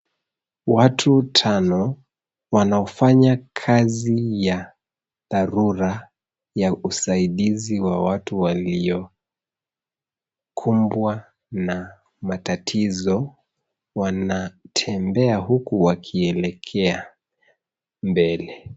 Watu tano, wanaofanya kazi ya dharura ya usaidizi wa watu waliokumbwa na matatizo, wanatembea huku wakielekea mbele.